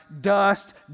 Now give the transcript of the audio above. dust